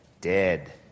Dead